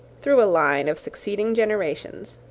through a line of succeeding generations.